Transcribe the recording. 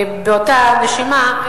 באותה נשימה,